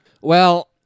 Well-